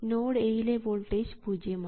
node A യിലെ voltage പൂജ്യമാണ്